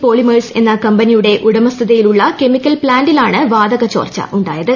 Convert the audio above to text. polymers എന്ന കമ്പനിയുടെ ഉടമസ്ഥതയിലുള്ള കെമിക്കൽ പ്ലാന്റിലാണ് വാതക ചോർച്ച ഉണ്ടായത്